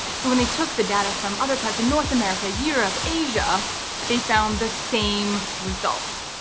so when they took the data from other parts in north america, europe, asia they found the same results.